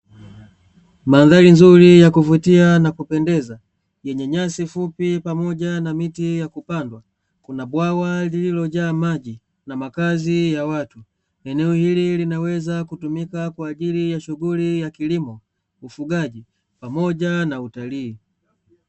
Mandhari nzuri ya kuvutia na kupendeza yenye nyasi fupi pamoja na miti ya kupadwa na bwawa lililojaa maji na makazi ya watu, eneo hili linaweza kutumika kwa ajili ya shughuli ya kilimo, ufugaji pamoja na utalii.